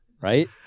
Right